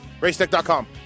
Racetech.com